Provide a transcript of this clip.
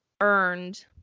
earned